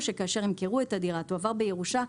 שכאשר ימכרו את הדירה והיא תועבר בירושה,